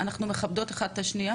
הם שאנחנו מכבדות אחת את השנייה,